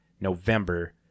november